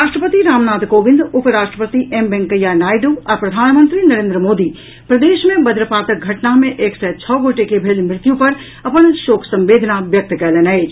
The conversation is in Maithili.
राष्ट्रपति रामनाथ कोविंद उप राष्ट्रपति एम वेंकैया नायडू आ प्रधानमंत्री नरेन्द्र मोदी प्रदेश मे वज्रपातक घटना मे एक सय छओ गोटे के भेल मृत्यु पर अपन शोक संवेदना व्यक्त कयलनि अछि